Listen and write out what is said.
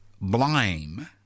blame